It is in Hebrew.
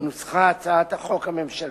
נוסחה הצעת החוק הממשלתית,